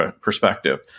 perspective